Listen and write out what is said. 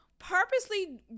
purposely